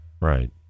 Right